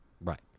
Right